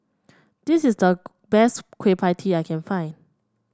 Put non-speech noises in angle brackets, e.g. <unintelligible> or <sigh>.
this is the best <unintelligible> Kueh Pie Tee I can find